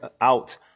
out